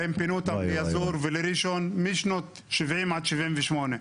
והם פינו אותם לאזור ולראשון משנות 70' עד 78',